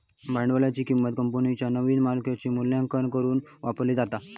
भांडवलाची किंमत कंपनीच्यो नवीन प्रकल्पांचो मूल्यांकन करुक वापरला जाता